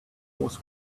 was